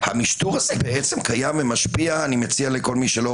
המשטור הזה בעצם קיים ומשפיע מציע לכל מי שלא